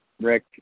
Rick